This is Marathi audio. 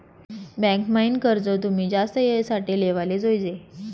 बँक म्हाईन कर्ज तुमी जास्त येळ साठे लेवाले जोयजे